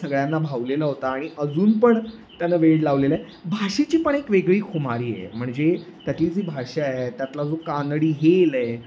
सगळ्यांना भावलेला होता आणि अजून पण त्यानं वेड लावलेलं आहे भाषेची पण एक वेगळी खुमारी आहे म्हणजे त्यातली जी भाषा आहे त्यातला जो कानडी हेल आहे